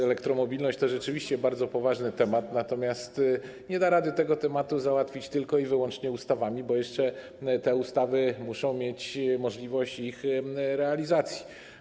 Elektromobilność to rzeczywiście bardzo poważny temat, natomiast nie da rady tego tematu załatwić tylko i wyłącznie ustawami, bo te ustawy muszą jeszcze mieć możliwość realizacji.